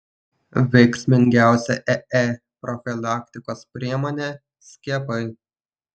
veiksmingiausia ee profilaktikos priemonė skiepai